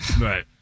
Right